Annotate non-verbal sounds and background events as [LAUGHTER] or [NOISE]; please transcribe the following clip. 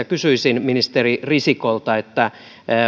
[UNINTELLIGIBLE] kysyisin ministeri risikolta